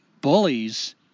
bullies